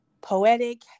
Poetic